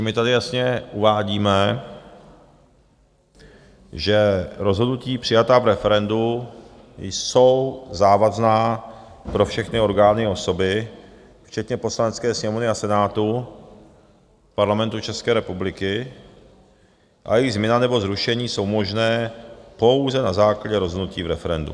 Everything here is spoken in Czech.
My tady jasně uvádíme, že rozhodnutí přijatá v referendu jsou závazná pro všechny orgány i osoby, včetně Poslanecké sněmovny a Senátu Parlamentu České republiky, a jejich změna nebo zrušení jsou možné pouze na základě rozhodnutí v referendu.